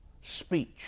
speech